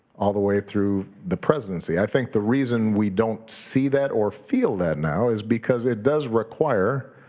all the way through the presidency. i think the reason we don't see that or feel that now is because it does require